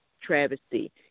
travesty